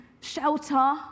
shelter